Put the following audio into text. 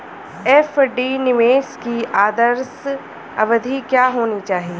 FD निवेश की आदर्श अवधि क्या होनी चाहिए?